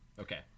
Okay